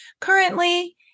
Currently